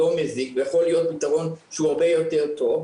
מזיק ויכול להיות פתרון שהוא הרבה יותר טוב,